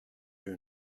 you